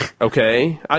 Okay